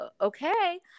okay